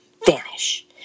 vanish